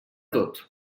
tot